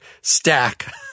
stack